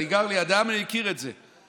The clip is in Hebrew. אני גר לידם, אני מכיר את זה.